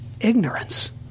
ignorance